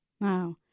Wow